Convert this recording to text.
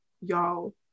y'all